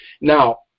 now